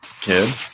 kid